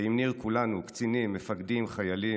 ועם ניר, כולנו, קצינים, מפקדים, חיילים,